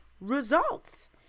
results